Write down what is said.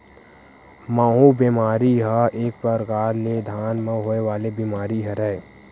माहूँ बेमारी ह एक परकार ले धान म होय वाले बीमारी हरय